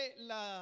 la